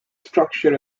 structure